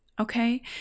Okay